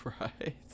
right